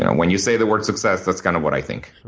and when you say the word success, that's kind of what i think,